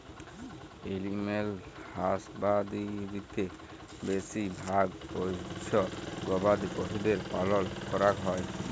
animal হাসবাদরীতে বেশি ভাগ পষ্য গবাদি পশুদের পালল ক্যরাক হ্যয়